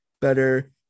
better